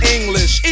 English